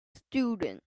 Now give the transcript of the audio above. students